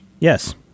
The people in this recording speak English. Yes